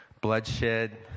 bloodshed